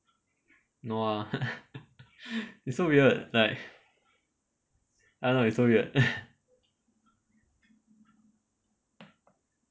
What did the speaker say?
no ah it's so weird like I don't know it's so weird